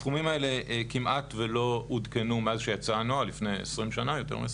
הסכומים האלה כמעט ולא עודכנו מאז שיצא הנוהל לפני יותר 20 שנה.